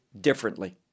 differently